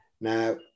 Now